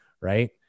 right